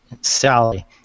Sally